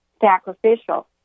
sacrificial